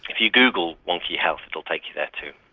if you google wonky health it will take you there too.